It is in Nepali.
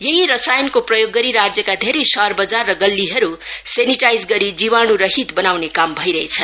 यही रसायनको प्रयोग गरी राज्यका धेरै शहर बजार र गल्लीहरू सेनिटाइज गरी जीवाणुरहित बनाउने काम भइरहेछ